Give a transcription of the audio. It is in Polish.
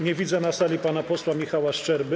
Nie widzę na sali pana posła Michała Szczerby.